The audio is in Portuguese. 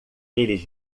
eles